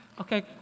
Okay